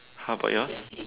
how about yours